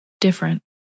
different